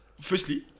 firstly